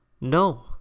no